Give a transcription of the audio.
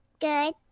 Good